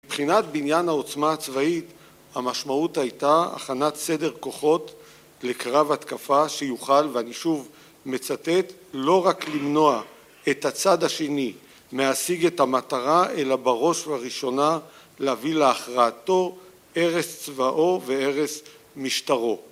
מבחינת בניין העוצמה הצבאית המשמעות הייתה הכנת סדר כוחות לקרב התקפה שיוכל, ואני שוב מצטט, לא רק למנוע את הצד השני להשיג את המטרה, אלא בראש ובראשונה להביא להכרעתו הרס צבאו והרס משטרו.